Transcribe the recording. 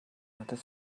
надад